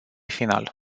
final